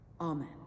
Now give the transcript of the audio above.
Amen